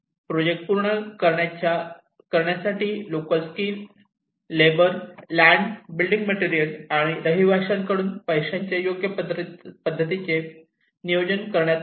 project पूर्ण करण्यासाठी local skill labour land building material आणि रहिवाशांकडून पैशांचे योग्य पद्धतीचे पद्धतीने नियोजन करण्यात आले